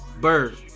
Bird